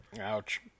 Ouch